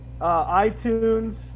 iTunes